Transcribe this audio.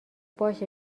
باشه